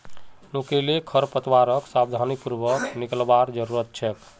नुकीले खरपतवारक सावधानी पूर्वक निकलवार जरूरत छेक